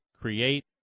create